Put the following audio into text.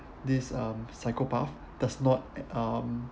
this um psychopath does not um